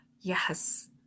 yes